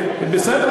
בסדר,